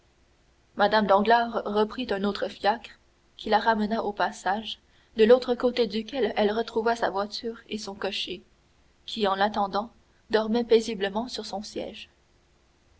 mme danglars reprit un autre fiacre qui la ramena au passage de l'autre côté duquel elle retrouva sa voiture et son cocher qui en l'attendant dormait paisiblement sur son siège